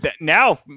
now